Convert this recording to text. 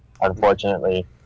unfortunately